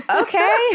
Okay